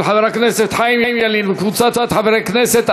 של חבר הכנסת חיים ילין וקבוצת חברי הכנסת,